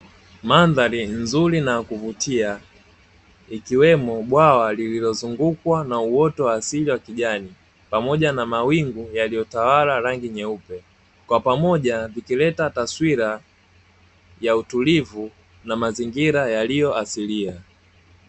Mandhari nzuri na ya kuvutia ikiwemo bwawa lililozungukwa na uoto wa asili wa kijani pamoja na mawingu yaliyotawala rangi nyeupe kwa pamoja vikileta taswira ya utulivu na mazingira yaliyo asilia.